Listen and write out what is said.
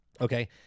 Okay